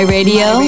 radio